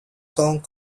song